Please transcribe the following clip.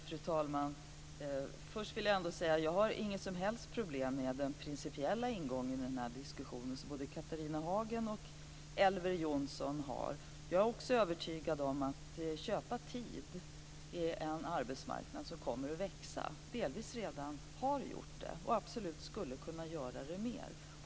Fru talman! Först vill jag säga att jag inte har något som helst problem med den principiella ingången i den här diskussionen som både Catharina Hagen och Elver Jonsson har. Jag är också övertygad om att detta att köpa tid är en arbetsmarknad som kommer att växa och delvis redan har gjort det och absolut skulle kunna göra det mer.